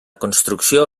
construcció